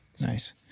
Nice